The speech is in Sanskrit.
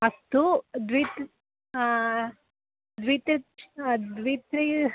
अस्तु द्वि त् द्वितिस् द्वि त्रि